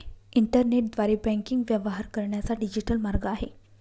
इंटरनेटद्वारे बँकिंग व्यवहार करण्याचा डिजिटल मार्ग आहे